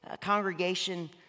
congregation